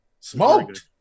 smoked